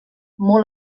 molt